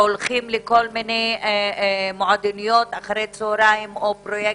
שהולכים לכל מיני מועדוניות אחר הצהריים או פרויקטים,